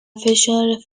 فشار